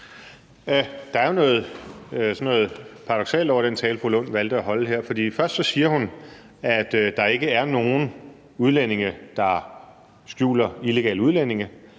Der er jo noget paradoksalt over den tale, fru Rosa Lund valgte at holde her, for først siger hun, at der ikke er nogen udlændinge, der skjuler illegale udlændinge,